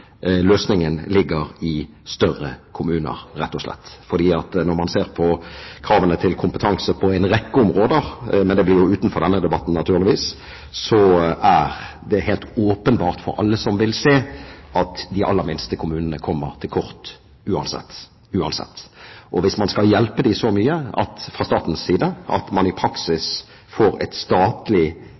løsningen rett og slett ligger i større kommuner, for når man ser på kravene til kompetanse på en rekke områder – det blir utenfor denne debatten, naturligvis – er det helt åpenbart, for alle som vil se, at de aller minste kommunene kommer til kort, uansett. Hvis man fra statens side skal hjelpe dem så mye at man i praksis får en statlig